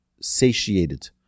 satiated